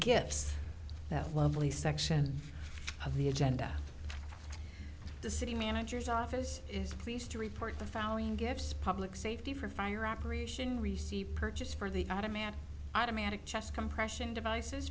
gifts that lovely section of the agenda the city manager's office is pleased to report the following gifts public safety from fire operation received purchase for the automatic automatic chest compression devices